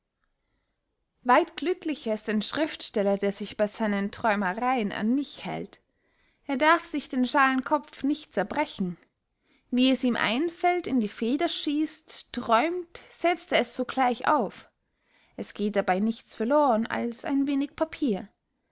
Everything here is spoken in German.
weit glücklicher ist ein schriftsteller der sich bey seinen träumereyen an mich hält er darf sich den schalen kopf nicht zerbrechen wie es ihm einfällt in die feder schießt träumt setzt er es sogleich auf es geht dabey nichts verlohren als ein wenig papier